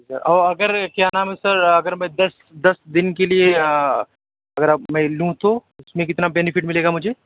اور اگر کیا نام ہے سر اگر میں دس دس دِن کے لیے اگر اب میں لوں تو اُس میں کتنا بینیفٹ مِلے گا مجھے